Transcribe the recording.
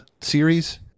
series